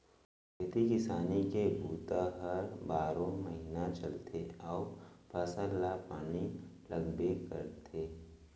खेती किसानी के बूता ह बारो महिना चलथे अउ फसल ल पानी लागबे करथे